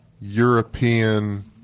European